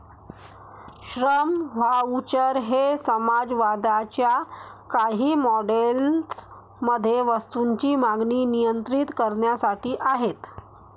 श्रम व्हाउचर हे समाजवादाच्या काही मॉडेल्स मध्ये वस्तूंची मागणी नियंत्रित करण्यासाठी आहेत